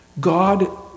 God